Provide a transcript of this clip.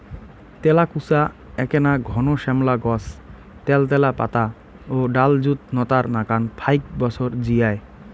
তেলাকুচা এ্যাকনা ঘন শ্যামলা গছ ত্যালত্যালা পাতা ও ডালযুত নতার নাকান ফাইক বছর জিয়ায়